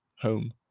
Home